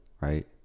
right